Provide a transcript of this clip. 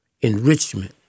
enrichment